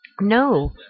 No